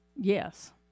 Yes